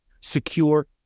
secure